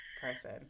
person